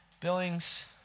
Billings